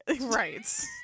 Right